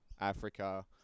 Africa